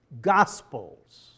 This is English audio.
Gospels